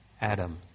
Adam